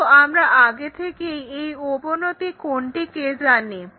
কিন্তু আমরা আগে থেকেই এই অবনতি কোণটিকে জানি